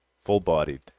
full-bodied